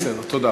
בסדר.